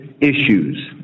issues